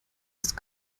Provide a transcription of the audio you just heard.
ist